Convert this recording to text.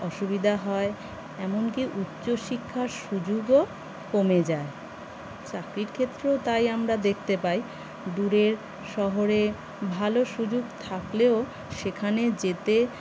অসুবিধা হয় এমনকি উচ্চশিক্ষার সুযোগও কমে যায় চাকরির ক্ষেত্রেও তাই আমরা দেখতে পাই দূরের শহরে ভালো সুযোগ থাকলেও সেখানে যেতে